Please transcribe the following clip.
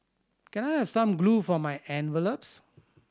can I have some glue for my envelopes